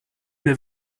mir